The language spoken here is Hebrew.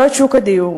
לא את שוק הדיור.